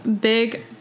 Big